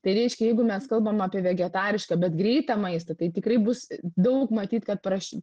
tai reiškia jeigu mes kalbam apie vegetarišką bet greitą maistą tai tikrai bus daug matyt kad praš